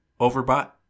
overbought